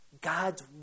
God's